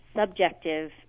subjective